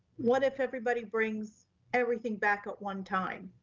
what if everybody brings everything back at one time,